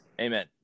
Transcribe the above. Amen